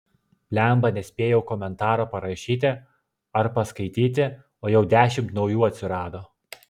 blemba nespėjau komentaro parašyti ar paskaityti o jau dešimt naujų atsirado